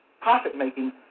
profit-making